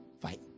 fight